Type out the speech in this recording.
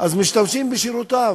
משתמשים בשירותיו.